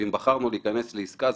אם בחרנו להיכנס לעסקה,